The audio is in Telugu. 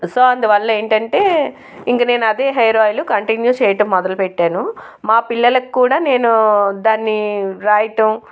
సో అందు వల్ల ఏంటంటే నేను అదే హెయిర్ ఆయిల్ కంటిన్యూ చెయ్యడం మొదలు పెట్టాను మా పిల్లలకి కూడా నేను దాన్ని రాయటం